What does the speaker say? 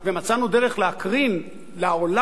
ומצאנו דרך להקרין לעולם,